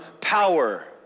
power